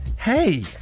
hey